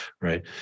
right